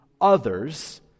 others